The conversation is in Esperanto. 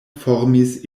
formis